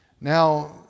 Now